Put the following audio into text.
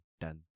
dan